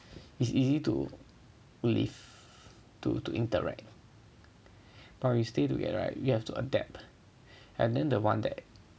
it's easy to live to to interact probably stay together right you have to adapt and then the one that